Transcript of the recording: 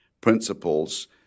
principles